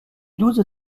douze